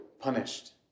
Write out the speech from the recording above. punished